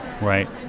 Right